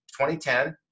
2010